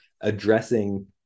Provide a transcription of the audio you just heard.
addressing